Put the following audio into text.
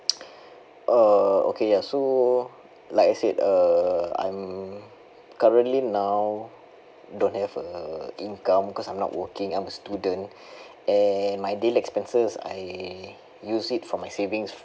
uh okay ya so like I said uh I'm currently now don't have a income because I'm not working I'm a student and my daily expenses I use it for my savings